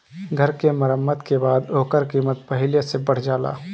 घर के मरम्मत के बाद ओकर कीमत पहिले से बढ़ जाला